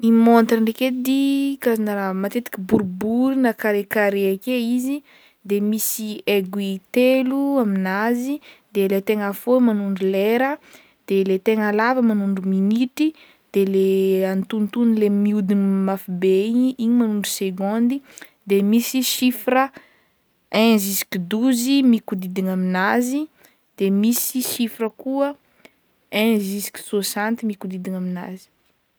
Ny montre ndraiky edy, karazagna raha matetiky boribory na carré varré akeo izy de misy aiguille telo amin'azy de le tegna fôhy manondro lera, de le tegna lava manondro minitry de le antonontonogny le mihodigny mafibe igny magnondro segondy de misy chiffre un jusky douze mikodidigna amin'azy de misy chiffre koa un jusky soixante mikodidigna amin'azy.